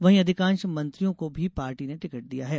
वहीं अधिकांश मंत्रियों को भी पार्टी ने टिकट दिया है